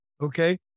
okay